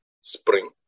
spring